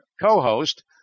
co-host